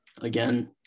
again